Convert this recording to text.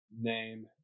name